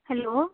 hello